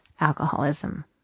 alcoholism